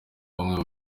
bamwe